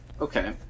okay